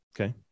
Okay